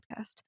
podcast